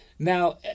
Now